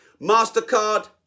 MasterCard